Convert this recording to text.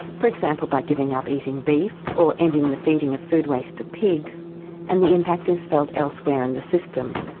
for example by giving up eating beef, or ending the feeding of food waste to pigs and the impact is felt elsewhere in the system.